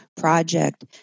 project